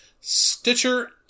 Stitcher